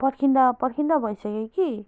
पर्खिँदा पर्खिँदा भइसक्यो कि